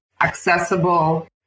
accessible